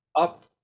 up